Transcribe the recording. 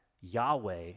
Yahweh